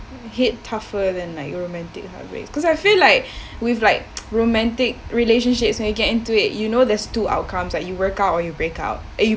hit tougher than like romantic heartbreaks cause I feel like with like romantic relationships when you get into it you know there's two outcomes like you work out or you break out eh you